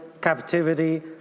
captivity